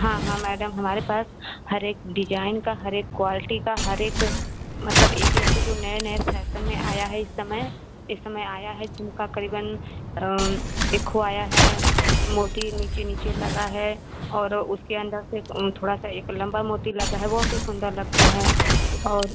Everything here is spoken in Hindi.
हाँ हाँ मैडम हमारे पास हर एक डिजाइन का हर एक क्वालटी का हर एक मतलब एक एक से जो नए नए फैसन में जो आया है इस समय इस समय आया है झुमका करीबन एक खो आया है मोती नीचे नीचे लगा है और उसके अंदर से थोड़ा सा एक लंबा मोती लगा है बहुत ही सुंदर लगता है वह और